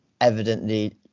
evidently